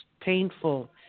painful